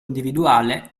individuale